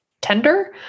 tender